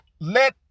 let